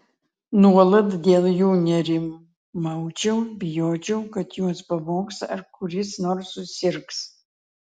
nuolat dėl jų nerimaučiau bijočiau kad juos pavogs ar kuris nors susirgs